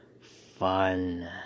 Fun